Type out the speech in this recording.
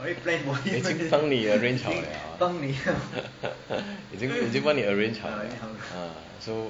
已经帮你 arrange 好 liao 已经帮你 arrange 好 liao ah so